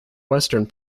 western